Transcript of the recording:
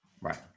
right